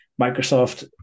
Microsoft